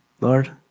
Lord